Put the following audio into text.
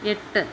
എട്ട്